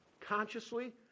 consciously